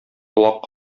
колак